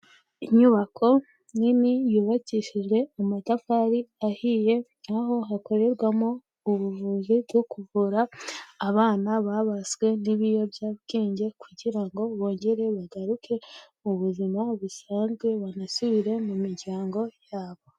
Inyubako nini yubakishije amatafari ahiye aho hakorerwamo ubuvuzi bwo kuvura abana babaswe n'ibiyobyabwenge kugira ngo bogerere bagaruke mu buzima busanzwe, banasubire mu miryango yabo.